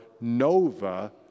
Nova